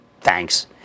Thanks